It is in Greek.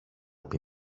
πει